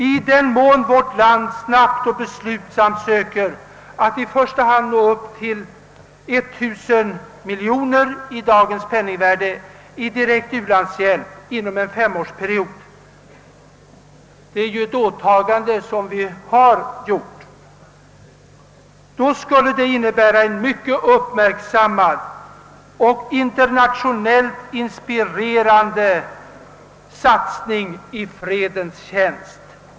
I den mån vårt land snabbt och beslutsamt söker att i första hand nå upp till 1000 miljoner kronor i dagens penningvärde i direkt u-landshjälp inom en femårsperiod — detta är ett åtagande som vi gjort — skulle det innebära en mycket uppmärksammad och internationellt inspirerande satsning i fredens tjänst.